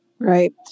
Right